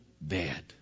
bad